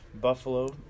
Buffalo